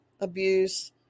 abuse